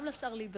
גם לשר ליברמן,